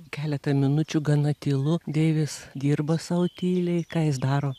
keletą minučių gana tylu deivis dirba sau tyliai ką jis daro